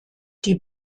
die